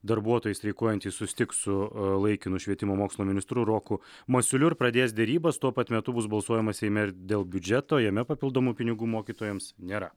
darbuotojai streikuojantys susitiks su laikinu švietimo mokslo ministru roku masiuliu ir pradės derybas tuo pat metu bus balsuojama seime ir dėl biudžeto jame papildomų pinigų mokytojams nėra